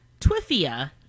Twiffia